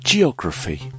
Geography